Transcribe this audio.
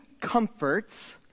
comforts